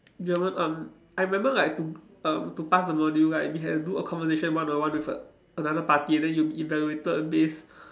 German um I remember like to err to pass the module like we had to do a conversation one on one with a another party then you evaluated based